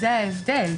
זה ההבדל.